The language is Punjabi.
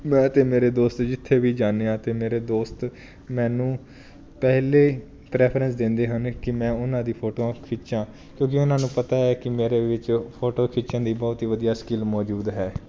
ਮੈਂ ਅਤੇ ਮੇਰੇ ਦੋਸਤ ਜਿੱਥੇ ਵੀ ਜਾਂਦੇ ਹਾਂ ਅਤੇ ਮੇਰੇ ਦੋਸਤ ਮੈਨੂੰ ਪਹਿਲੇ ਪ੍ਰੈਫਰੈਂਸ ਦਿੰਦੇ ਹਨ ਕਿ ਮੈਂ ਉਹਨਾਂ ਦੀ ਫੋਟੋਆਂ ਖਿੱਚਾਂ ਕਿਉਂਕਿ ਉਹਨਾਂ ਨੂੰ ਪਤਾ ਹੈ ਕਿ ਮੇਰੇ ਵਿੱਚ ਫੋਟੋ ਖਿੱਚਣ ਦੀ ਬਹੁਤ ਹੀ ਵਧੀਆ ਸਕਿੱਲ ਮੌਜੂਦ ਹੈ